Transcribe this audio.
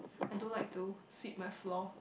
I don't like to sweep my floor